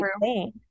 true